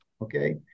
okay